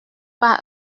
par